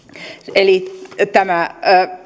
eli tämä